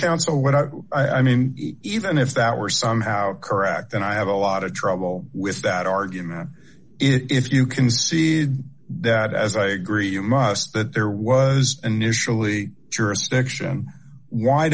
council what i mean even if that were somehow correct then i have a lot of trouble with that argument if you concede that as i agree you must but there was initially jurisdiction why